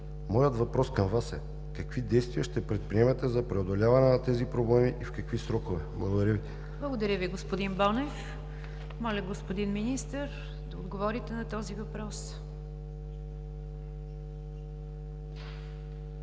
Моят въпрос към Вас е: какви действия ще предприемете за преодоляване на тези проблеми и в какви срокове? Благодаря Ви. ПРЕДСЕДАТЕЛ НИГЯР ДЖАФЕР: Благодаря Ви, господин Бонев. Моля, господин Министър, да отговорите на този въпрос.